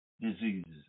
diseases